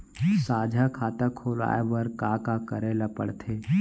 साझा खाता खोलवाये बर का का करे ल पढ़थे?